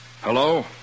Hello